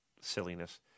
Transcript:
silliness